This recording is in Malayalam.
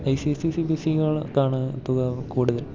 I C S C C B S സികൾക്കാണ് തുക കൂടുതൽ